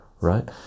right